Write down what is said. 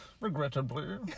Regrettably